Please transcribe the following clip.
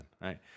right